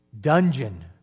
dungeon